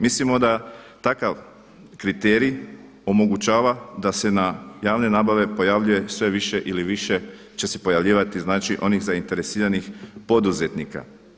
Mislimo da takav kriterij omogućava da se na javne nabave pojavljuje sve više ili više će se pojavljivati znači onih zainteresiranih poduzetnika.